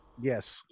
Yes